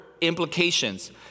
implications